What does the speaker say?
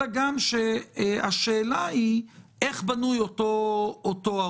אלא שהשאלה היא גם איך בנוי אותו הרוב.